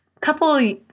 couple